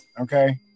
Okay